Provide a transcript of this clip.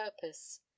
purpose